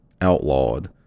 outlawed